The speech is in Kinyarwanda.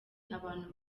abantu